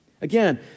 Again